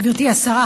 גברתי השרה,